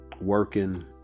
working